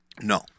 No